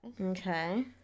Okay